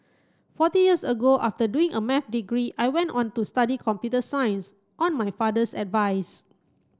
forty years ago after doing a Math degree I went on to study computer science on my father's advice